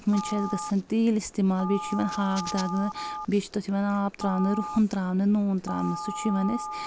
تَتھ منٛز چھِ اسہِ گژھان تیٖل استعمال بیٚیہِ چھُ یِوَان ہاکھ دَگنہٕ بیٚیہِ چھِ تتھ یِوان آب تراونہٕ رُہَن تراونہٕ نوٗن تراونہٕ سُہ چھُ یِوان اسہِ